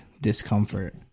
discomfort